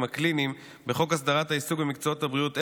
הקליניים בחוק הסדרת העיסוק במקצועות הבריאות,